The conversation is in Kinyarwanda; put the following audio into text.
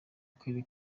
akarere